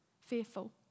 fearful